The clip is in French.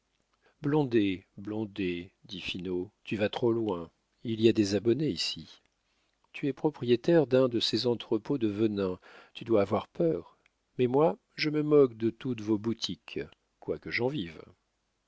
blondet dit finot tu vas trop loin il y a des abonnés ici tu es propriétaire d'un de ces entrepôts de venin tu dois avoir peur mais moi je me moque de toutes vos boutiques quoique j'en vive